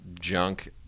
junk